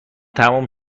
تموم